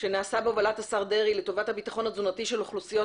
שנעשה בהובלת השר דרעי לטובת הביטחון התזונתי של אוכלוסיות